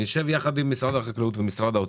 נשב יחד עם משרד החקלאות ומשרד האוצר,